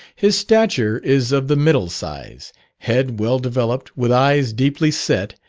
his stature is of the middle size head well developed, with eyes deeply set,